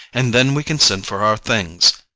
and then we can send for our things.